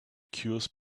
cures